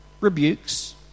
rebukes